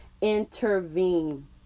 intervene